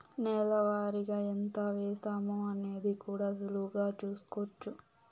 నెల వారిగా ఎంత వేశామో అనేది కూడా సులువుగా చూస్కోచ్చు